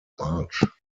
march